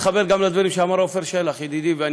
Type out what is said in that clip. תשמעו אותה עתה בניחותא.